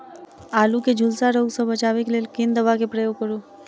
आलु केँ झुलसा रोग सऽ बचाब केँ लेल केँ दवा केँ प्रयोग करू?